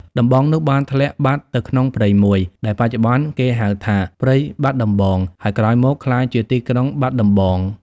ដំបងនោះបានធ្លាក់បាត់នៅក្នុងព្រៃមួយ ដែលបច្ចុប្បន្នគេហៅថា ព្រៃបាត់ដំបង ហើយក្រោយមកក្លាយជាទីក្រុង បាត់ដំបង ។